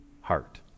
heart